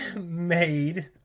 made